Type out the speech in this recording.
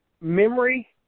Memory